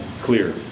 clear